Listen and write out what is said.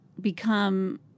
become